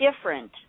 different